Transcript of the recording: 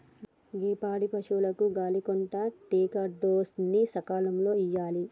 గీ పాడి పసువులకు గాలి కొంటా టికాడోస్ ని సకాలంలో ఇయ్యాలి